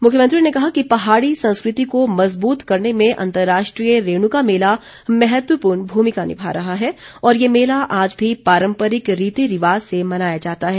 मुख्यमंत्री ने कहा कि पहाड़ी संस्कृति को मजबूत करने में अंतर्राष्ट्रीय रेणुका मेला महत्वपूर्ण भूमिका निभा रहा है और ये मेला आज भी पारम्परिक रीति रिवाज़ से मनाया जाता है